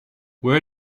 where